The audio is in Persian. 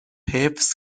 حفظ